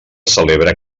celebra